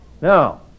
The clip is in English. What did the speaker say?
Now